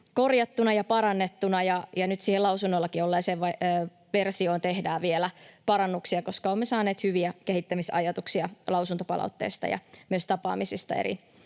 korjattuna ja parannettuna, ja nyt siihen lausunnollakin olleeseen versioon tehdään vielä parannuksia, koska olemme saaneet hyviä kehittämisajatuksia lausuntopalautteesta ja myös tapaamisista